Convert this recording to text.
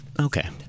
Okay